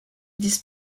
this